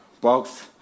box